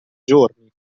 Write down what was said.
giorni